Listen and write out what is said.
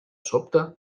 sobte